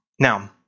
Now